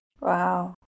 Wow